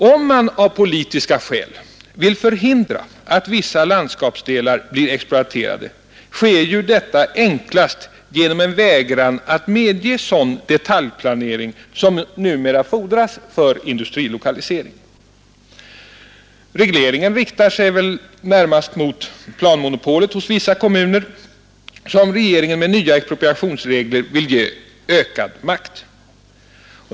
Om man av politiska skäl vill förhindra att vissa landskapsdelar blir exploaterade, sker ju detta enklast genom en vägran att medge sådan detaljplanering som numera fordras för industrilokalisering. Regleringen riktar sig väl närmast mot planmonopolet hos vissa kommuner som regeringen med nya expropriationsregler vill ge ökad makt.